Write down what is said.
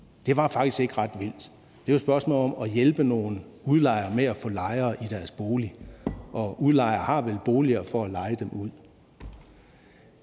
Det var faktisk ikke ret vildt. Det er jo et spørgsmål om at hjælpe nogle udlejere med at få lejere i deres boliger, og udlejere har vel boliger for at leje dem ud.